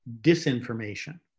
disinformation